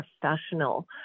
professional